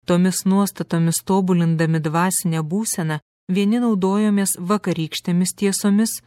tomis nuostatomis tobulindami dvasinę būseną vieni naudojomės vakarykštėmis tiesomis